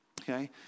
okay